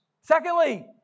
Secondly